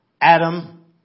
Adam